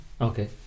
Okay